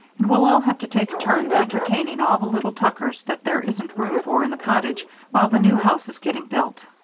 and we'll all have to take turns entertaining all the little tuckers that there isn't room for in the cottage while the new house is getting built.